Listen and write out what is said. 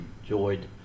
enjoyed